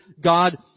God